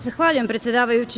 Zahvaljujem predsedavajući.